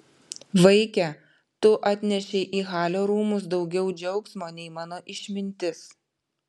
vaike tu atnešei į halio rūmus daugiau džiaugsmo nei mano išmintis